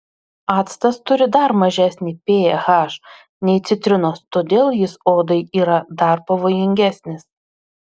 actas turi dar mažesnį ph nei citrinos todėl jis odai yra dar pavojingesnis